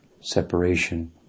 separation